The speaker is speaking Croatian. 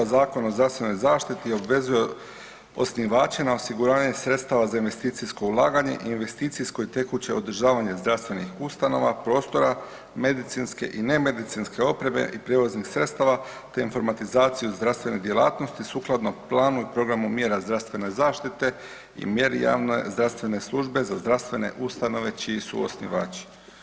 Zakon o zdravstvenoj zaštiti obvezuje osnivače na osiguranje sredstava za investicijsko ulaganje i investicijsko i tekuće održavanje zdravstvenih ustanova, prostora, medicinske i nemedicinske opreme i prijevoznih sredstava te informatizaciju zdravstvene djelatnosti sukladno planu i programu mjera zdravstvene zaštite i …/nerazumljivo/… zdravstvene službe za zdravstvene ustanove čiji su osnivači.